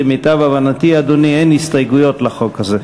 למיטב הבנתי, אדוני, אין הסתייגויות לחוק הזה.